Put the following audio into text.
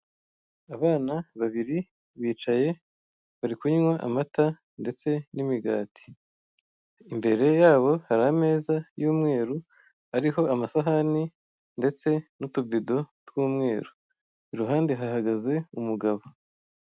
Abana babiri bicaye bari kunywa amata ndetse n'imigati, imbere yabo hari ameza y'umweru ariho amsahani ndetse n'utubido tw'umweru, iruhande hahagaze umugabo.